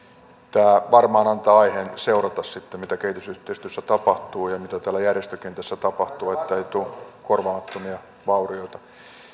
tämä varmaan antaa aiheen seurata sitten mitä kehitysyhteistyössä tapahtuu ja mitä täällä järjestökentässä tapahtuu että ei tule korvaamattomia vaurioita